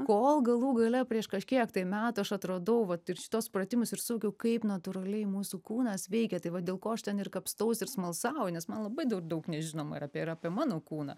kol galų gale prieš kažkiek metų aš atradau vat ir šituos pratimus ir suvokiau kaip natūraliai mūsų kūnas veikia tai va dėl ko aš ten ir kapstausi ir smalsauju nes man labai dar daug nežinoma yra apie ir apie mano kūną